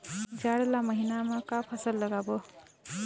जाड़ ला महीना म का फसल लगाबो?